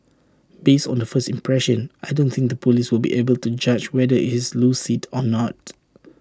based on the first impression I don't think the Police will be able to judge whether he's lucid or not